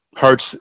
hurts